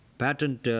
patent